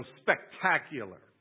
spectacular